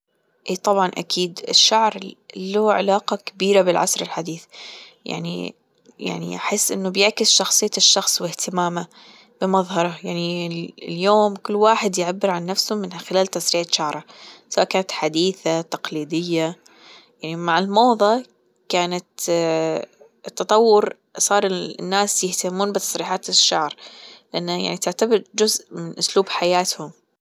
ايه طبعا أكيد الشعر له علاقة كبيرة بالعصر الحديث يعني يعني أحس إنه بيعكس شخصية الشخص وإهتمامه بمظهره يعني اليوم كل واحد يعبر عن نفسه من خلال تسريحة شعره سواء كانت حديثة تقليدية يعني مع الموضة كانت التطور صار الناس يهتمون بتسريحات الشعر إنه يعني تعتبر جزء من أسلوب حياتهم.